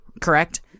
Correct